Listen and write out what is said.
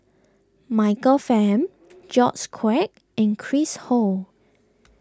Michael Fam George Quek and Chris Ho